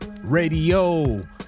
radio